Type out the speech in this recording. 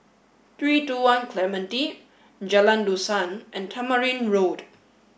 Three Two One Clementi Jalan Dusan and Tamarind Road